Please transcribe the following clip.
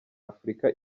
afurika